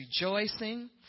rejoicing